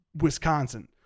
Wisconsin